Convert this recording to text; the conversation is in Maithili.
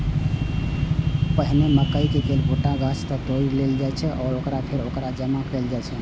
पहिने मकइ केर भुट्टा कें गाछ सं तोड़ि लेल जाइ छै आ फेर ओकरा जमा कैल जाइ छै